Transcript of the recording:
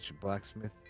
blacksmith